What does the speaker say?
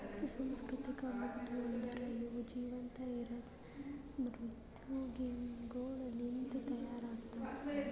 ಸುಸಂಸ್ಕೃತಿಕ ಮುತ್ತು ಅಂದುರ್ ಇವು ಜೀವಂತ ಇರದ್ ಮೃದ್ವಂಗಿಗೊಳ್ ಲಿಂತ್ ತೈಯಾರ್ ಆತ್ತವ